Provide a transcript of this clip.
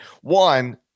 One